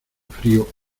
frío